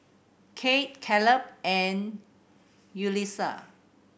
Kate Caleb and Yulisa